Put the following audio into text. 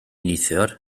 neithiwr